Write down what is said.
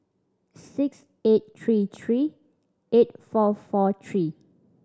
six eight three three eight four four three